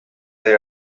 they